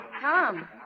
Tom